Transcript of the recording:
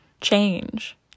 change